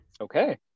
Okay